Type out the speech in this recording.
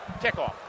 Kickoff